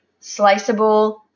sliceable